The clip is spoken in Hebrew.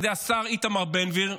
מקצועי בוועדה על ידי השר איתמר בן גביר,